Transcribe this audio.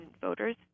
voters